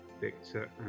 Victor